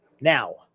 now